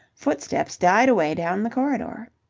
footsteps died away down the corridor.